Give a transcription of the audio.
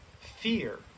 fear